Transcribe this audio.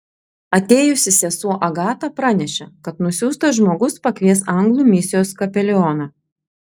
atėjusi sesuo agata pranešė kad nusiųstas žmogus pakvies anglų misijos kapelioną